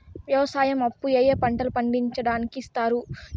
వ్యవసాయం అప్పు ఏ ఏ పంటలు పండించడానికి ఇస్తారు?